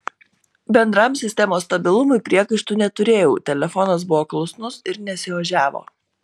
bendram sistemos stabilumui priekaištų neturėjau telefonas buvo klusnus ir nesiožiavo